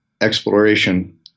exploration